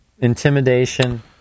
Intimidation